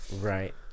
Right